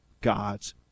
God's